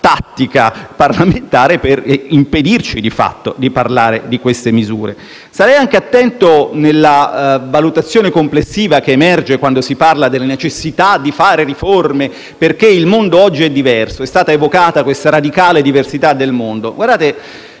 tattica parlamentare per impedirci di fatto di parlare di siffatte misure. Starei anche attento nella valutazione complessiva che emerge quando si parla della necessità di fare riforme perché il mondo oggi è diverso. È stata evocata la radicale diversità del mondo.